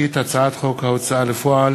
הצעת חוק צער בעלי-חיים (הגנה על בעלי-חיים)